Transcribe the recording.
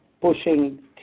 pushing